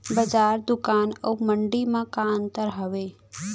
बजार, दुकान अऊ मंडी मा का अंतर हावे?